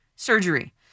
surgery